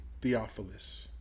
Theophilus